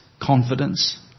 confidence